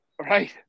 Right